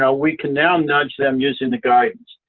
ah we can now nudge them using the guidance.